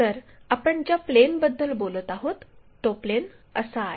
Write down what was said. तर आपण ज्या प्लेनबद्दल बोलत आहोत तो प्लेन असा आहे